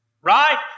right